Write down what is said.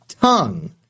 tongue